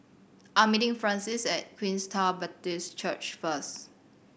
I'm meeting Francine at Queenstown Baptist Church first